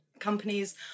companies